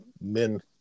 men